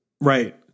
Right